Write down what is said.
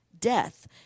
death